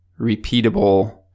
repeatable